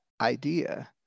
idea